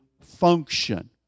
function